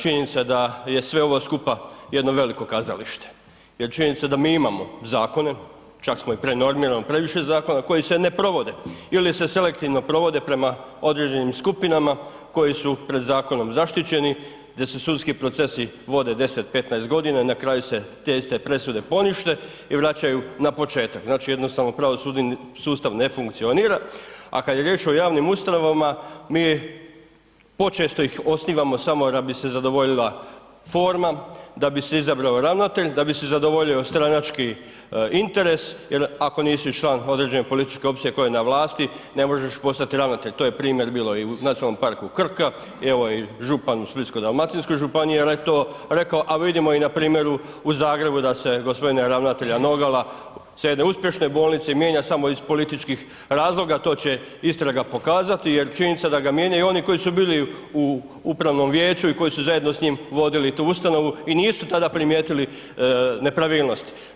Činjenica je da je sve ovo skupa jedno veliko kazalište jer činjenica da mi imamo zakone, čak smo i prenormirani, imamo previše zakona koji se ne provode ili se selektivno provode prema određenim skupinama koje su pred zakonom zaštićeni, gdje se sudski procesi vode 10, 15 g. i na kraju se te iste presude ponište i vraćaju na početak, znali jednostavno pravosudni sustav ne funkcionira a kad je riječ o javnim ustanovama, mi počesto ih osnivamo samo da bi se zadovoljila forma, da bi se izabrao ravnatelj, da bi se zadovoljio stranački interes jer ako nisi član određene političke opcije koja je vlasti, ne može postati ravnatelj, to je primjer bio i u NP Krka, evo i župan u Splitsko-dalmatinskoj županiji jer rekao, a vidimo i na primjeru u Zagrebu da se g. ravnatelja Nogala sa jedne uspješne bolnice mijenja samo iz političkih razloga, to će istraga pokazati jer činjenica je da ga mijenjaju i oni koji su bili u upravnom vijeću i koji su zajedno s njim vodili tu ustanovu i nisu tada primijetili nepravilnosti.